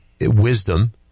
wisdom